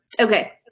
Okay